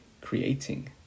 creating